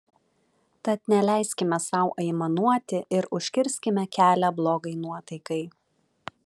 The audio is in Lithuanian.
tad neleiskime sau aimanuoti ir užkirskime kelią blogai nuotaikai